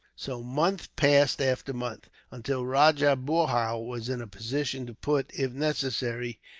so month passed after month, until rajah boorhau was in a position to put, if necessary,